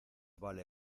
vale